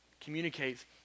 Communicates